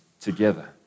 together